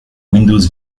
windows